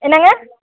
என்னங்க